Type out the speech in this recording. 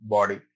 Body